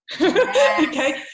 Okay